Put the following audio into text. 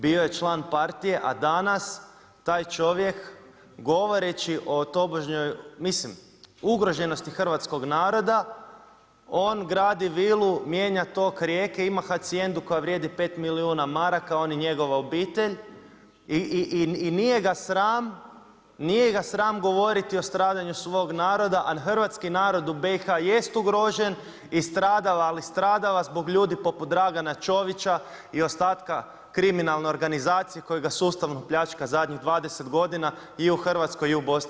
Bio je član partije, a danas taj čovjek govoreći o tobožnjoj, mislim ugroženosti hrvatskog naroda on gradi vilu, mijenja tok rijeke, ima hacijendu koja vrijedi 5 milijuna maraka on i njegova obitelj i nije ga sram govoriti o stradanju svog naroda, a hrvatski narod u BiH jest ugrožen i stradava, ali stradava zbog ljudi poput Dragana Ćovića i ostatka kriminalne organizacije kojega sustavno pljačka zadnjih 20 godina i u Hrvatskoj i u Bosni i Hercegovini.